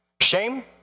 shame